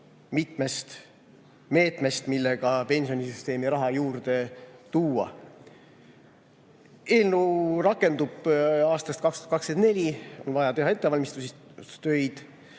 meetmest, millega pensionisüsteemi raha juurde tuua. Eelnõu rakendub aastast 2024, on vaja teha ettevalmistustöid.